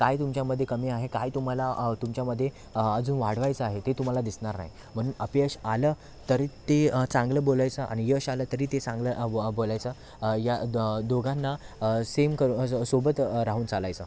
काही तुमच्यामध्ये कमी आहे काय तुम्हाला तुमच्यामध्ये अजून वाढवायचं आहे ते तुम्हाला दिसणार नाही म्हणून अपयश आलं तरी ते चांगलं बोलायचं आणि यश आलं तरी ते चांगलं बो बोलायचं या दोघांना सेम करू सोबत राहून चालायचं